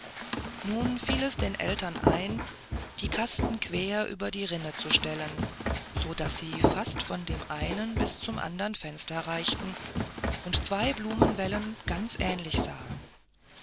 nun fiel es den eltern ein die kasten quer über die rinne zu stellen sodaß sie fast von dem einen bis zum andern fenster reichten und zwei blumenwällen ganz ähnlich sahen